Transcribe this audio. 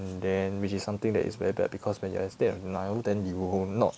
and then which is something that is very bad because when you are in a state of denial then you will not